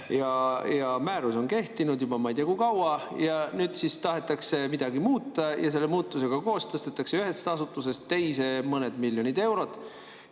– määrus on kehtinud juba ma ei tea kui kaua. Nüüd siis tahetakse midagi muuta ja selle muudatusega koos tõstetakse ühest asutusest teise mõned miljonid eurod.